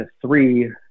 three